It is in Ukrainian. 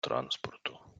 транспорту